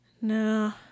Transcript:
No